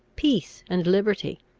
peace, and liberty